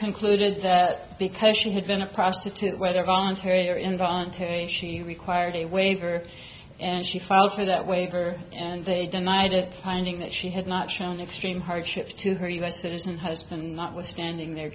concluded that because she had been a prostitute whether voluntary or involuntary she required a waiver and she filed for that waiver and they denied it finding that she had not shown extreme hardship to her us that isn't husband notwithstanding their